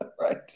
right